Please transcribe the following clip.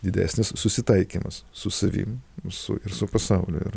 didesnis susitaikymas su savim su ir su pasauliu ir